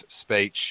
speech